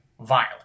violent